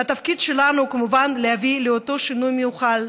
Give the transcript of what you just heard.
והתפקיד שלנו כמובן הוא להביא לאותו שינוי מיוחל.